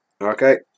Okay